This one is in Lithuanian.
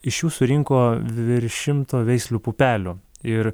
iš jų surinko virš šimto veislių pupelių ir